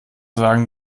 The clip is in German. sagen